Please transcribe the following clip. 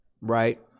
right